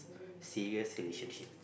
serious relationship